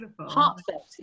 heartfelt